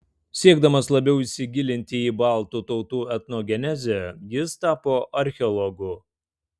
siekdamas labiau įsigilinti į baltų tautų etnogenezę jis tapo archeologu